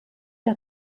der